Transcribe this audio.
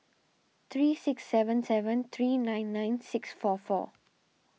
three six seven seven three nine nine six four four